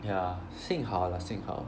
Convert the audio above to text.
ya 幸好 lah 幸好 lah